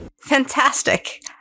Fantastic